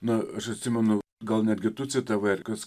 na aš atsimenu gal netgi tu citavai ar kas